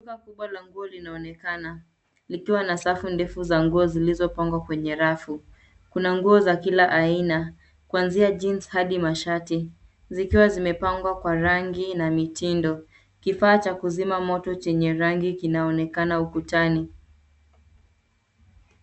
Duka la nguo linaonekana likiwa na safu ndefu za nguo zilizopangwa kwenye rafu. Kuna nguo za kila aina kuanzia jeans hadi mashati, zikiwa zimepangwa kwa rangi na mitindo. Kifaa cha kuzima moto chenye rangi, kinaonekana ukutani.